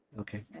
Okay